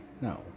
No